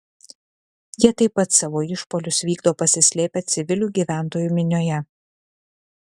jie taip pat savo išpuolius vykdo pasislėpę civilių gyventojų minioje